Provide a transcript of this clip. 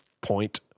point